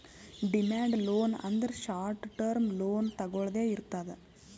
demand loan ಅಂದ್ರ short term loan ತೊಗೊಳ್ದೆ ಇರ್ತದ್